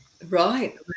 Right